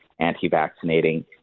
anti-vaccinating